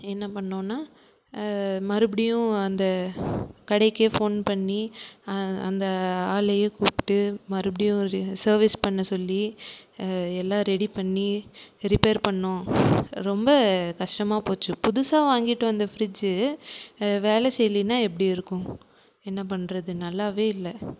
என்ன பண்ணிணோன்னா மறுபடியும் அந்த கடைக்கே ஃபோன் பண்ணி அந்த ஆளையே கூப்பிட்டு மறுபடியும் ஒரு சர்வீஸ் பண்ண சொல்லி எல்லாம் ரெடி பண்ணி ரிப்பேர் பண்ணிணோம் ரொம்ப கஷ்டமாப்போச்சு புதுசாக வாங்கிட்டு வந்த ஃப்ரிட்ஜு வேலை செய்லைன்னா எப்படி இருக்கும் என்ன பண்ணுறது நல்லாவே இல்லை